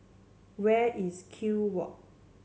where is Kew Walk